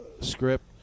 script